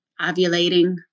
ovulating